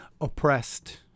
oppressed